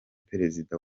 perezida